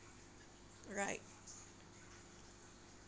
right